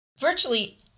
Virtually